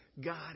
God